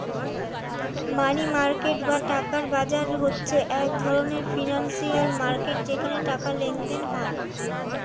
মানি market বা টাকার বাজার হচ্ছে এক ধরণের ফিনান্সিয়াল মার্কেট যেখানে টাকার লেনদেন হয়